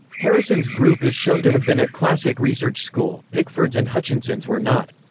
harrison's group is shown to have been a classic research school pickford's and hutchinson's were not.